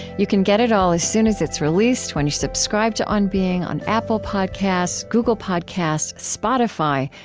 you can get it all as soon as it's released when you subscribe to on being on apple podcasts, google podcasts, spotify,